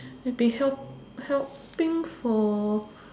maybe help helping for